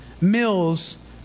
Mills